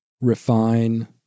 refine